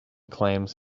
claims